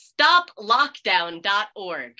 stoplockdown.org